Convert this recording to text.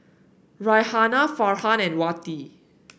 Raihana Farhan and Wati